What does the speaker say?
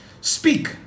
Speak